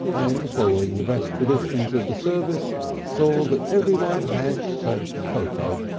and following the best traditions of the service saw that everyone had hot cocoa.